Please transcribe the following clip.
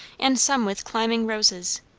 and some with climbing roses.